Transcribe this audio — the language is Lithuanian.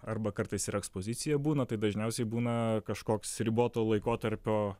arba kartais ir ekspozicija būna tai dažniausiai būna kažkoks riboto laikotarpio